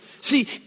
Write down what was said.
See